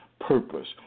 purpose